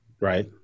Right